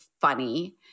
funny